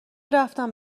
رفتم